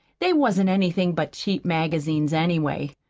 they wasn't anything but cheap magazines, anyway.